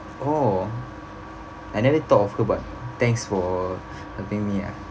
oh I never thought of her but thanks for helping me ah